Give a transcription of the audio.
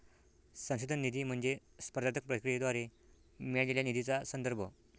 संशोधन निधी म्हणजे स्पर्धात्मक प्रक्रियेद्वारे मिळालेल्या निधीचा संदर्भ